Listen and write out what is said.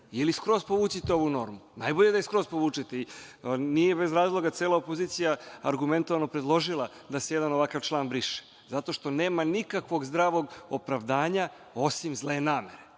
ili skroz povucite ovu normu. Najbolje da je skroz povučete. Nije bez razloga cela opozicija argumentovano predložila da se jedan ovakav član briše. Zato što nema nikakvog zdravog opravdanja, osim zle namere.